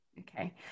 okay